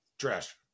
Trash